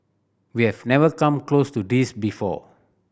we have never come close to this before